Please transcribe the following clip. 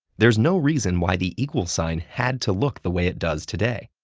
there's no reason why the equals sign had to look the way it does today.